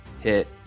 hit